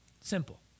Simple